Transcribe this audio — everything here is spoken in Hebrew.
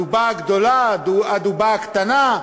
הדובה הגדולה, הדובה הקטנה,